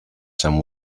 some